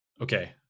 Okay